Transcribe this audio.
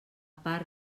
part